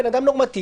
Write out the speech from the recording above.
בן אדם נורמטיבי,